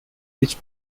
which